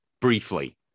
Briefly